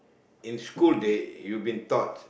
in school they you've been taught